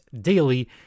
daily